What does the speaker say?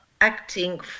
acting